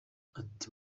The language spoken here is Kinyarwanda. ati